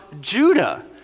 Judah